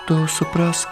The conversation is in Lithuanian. tu suprask